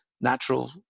natural